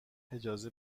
اجازه